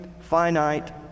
finite